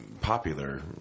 popular